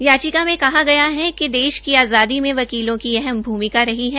याचिका में कहा गया है कि देश की आज़ादी में वकीलों की अहम भ्रमिका रही है